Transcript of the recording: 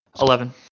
Eleven